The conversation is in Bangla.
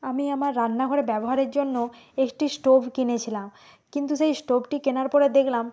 আমি আমার রান্নাঘরে ব্যবহারের জন্য একটি স্টোব কিনেছিলাম কিন্তু সেই স্টোবটি কেনার পরে দেখলাম